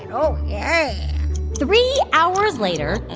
and oh, yeah three hours later.